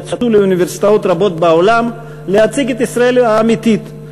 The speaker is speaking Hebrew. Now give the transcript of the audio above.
יצאו מאוניברסיטאות רבות בעולם להציג את ישראל האמיתית.